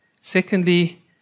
Secondly